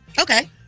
Okay